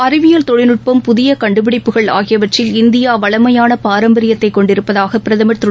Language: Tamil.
அறிவியல் தொழில்நுட்பம் புதிய கண்டுபிடிப்புகள் ஆகியவற்றில் இந்தியா வளமையான பாரம்பரியத்தை கொண்டிருப்பதாக பிரதமர் திரு